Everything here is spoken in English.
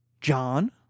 John